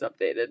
updated